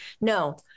No